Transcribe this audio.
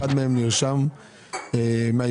אחד מהם נרשם מהיורשים.